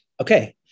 Okay